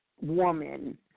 Woman